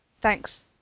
Thanks